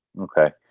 Okay